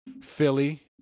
Philly